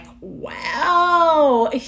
wow